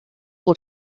will